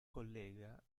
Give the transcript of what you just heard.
collega